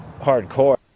hardcore